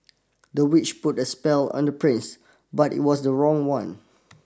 the witch put a spell on the prince but it was the wrong one